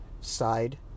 side